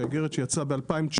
שהאיגרת שיצאה ב-2019,